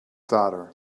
daughter